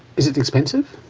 is it expensive?